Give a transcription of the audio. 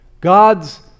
God's